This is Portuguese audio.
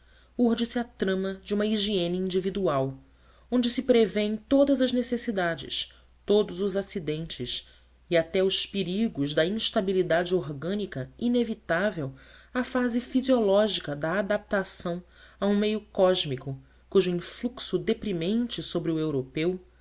desloca urde se a trama de uma higiene individual onde se prevêem todas as necessidades todos os acidentes e até os perigos da instabilidade orgânica inevitável à fase fisiológica da adaptação a um meio cósmico cujo influxo deprimente sobre o europeu